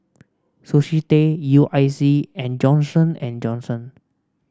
Sushi Tei U I C and Johnson And Johnson